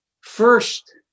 First